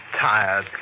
tired